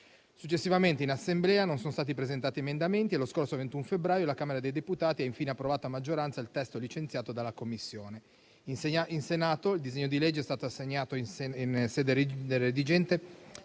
Successivamente in Assemblea non sono stati presentati emendamenti e lo scorso 21 febbraio la Camera dei deputati ha approvato a maggioranza il testo licenziato dalla Commissione. In Senato, il disegno di legge è stato assegnato in sede redigente